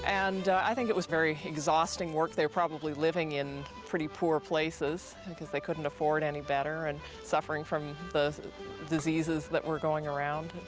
and i think it was very exhausting work. they were probably living in pretty poor places, because they couldn't afford any better, and suffering from the diseases that were going around.